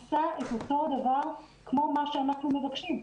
עשה את אותו דבר כמו מה שאנחנו מבקשים.